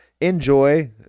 enjoy